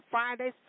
Friday